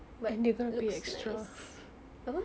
but looks like us apa